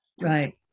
Right